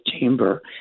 chamber